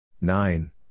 Nine